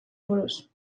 buruz